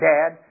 Dad